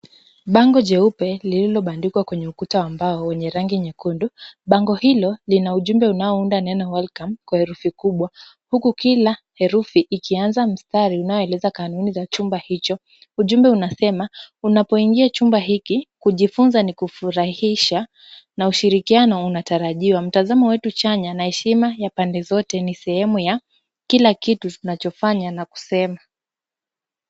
Bango jeupe, lililobandikwa kwenye ukuta wa mbao wenye rangi nyekundu, bango hilo ujumbe unaounda neno welcome kwa herufi kubwa. Huku kila herufi ikianza mstari unaoeleza kanuni za chumba hicho, ujumbe unasema, Unapoingia chumba hiki, kujifunza ni kufurahisha na ushirikiano unatarajiwa. Mtazamo wetu chanya ni heshima ya pande zote na ni sehemu ya kilakitu tunachofanya na kusema.